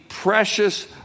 precious